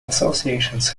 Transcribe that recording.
associations